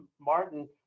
Martin